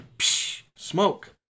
Smoke